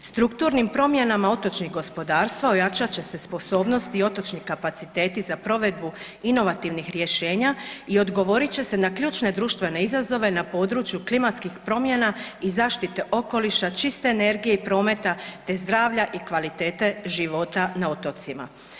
Strukturnim promjenama otočnih gospodarstava ojačat će se sposobnost i otočni kapaciteti za provedbu inovativnih rješenja i odgovorit će se na ključne društvene izazove na području klimatskih promjena i zaštite okoliša, čiste energije i prometa te zdravlja i kvalitete života na otocima.